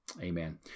Amen